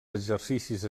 exercicis